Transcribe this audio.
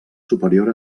superior